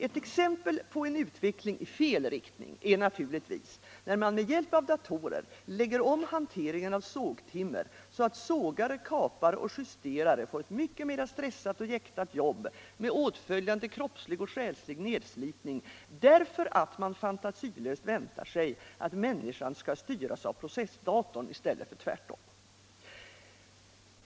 Ett exempel på en utveckling i fel riktning är det naturligtvis när man med hjälp av datorer lägger om hanteringen av sågtimmer så att sågare, kapare och justerare får ett mycket mera stressat och jäktat jobb med åtföljande kroppslig och själslig nerslitning, därför att man fantasilöst väntar sig att människan skall styras av processdatorn i stället för tvärtom.